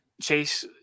Chase